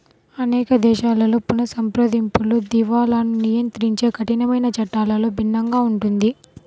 అనేక దేశాలలో పునఃసంప్రదింపులు, దివాలాను నియంత్రించే కఠినమైన చట్టాలలో భిన్నంగా ఉంటుంది